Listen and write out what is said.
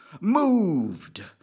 moved